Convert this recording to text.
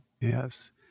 Yes